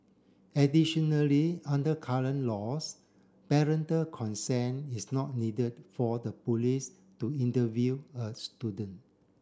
additionally under current laws parental consent is not needed for the police to interview a student